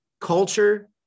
Culture